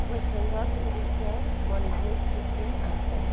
West Bengal Odisha Manipur Sikkim Assam